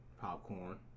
Popcorn